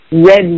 red